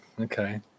okay